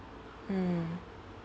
mm